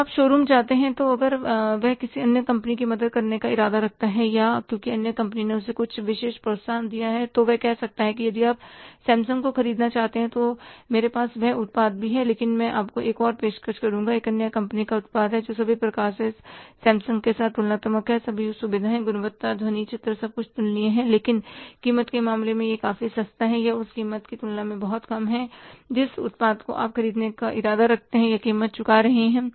जब आप शोरूम में जाते हैं अगर वह किसी अन्य कंपनी की मदद करने का इरादा रखता है या क्योंकि अन्य कंपनी ने उसे कुछ विशेष प्रोत्साहन दिया है तो वह कह सकता है कि यदि आप सैमसंग को खरीदना चाहते हैं तो मेरे पास वह उत्पाद भी है लेकिन मैं आपको एक और पेशकश करुंगा एक अन्य कंपनी का उत्पाद जो सभी प्रकार से सैमसंग के साथ तुलनात्मक है सभी सुविधाएँ गुणवत्ता ध्वनि चित्र सब कुछ तुलनीय है लेकिन कीमत के मामले में यह काफी सस्ता है या यह उस कीमत की तुलना में बहुत कम है जिस उत्पाद को आप खरीदने का इरादा रखते हैं और कीमत चुकाने जा रहे हैं